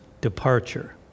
departure